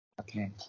okay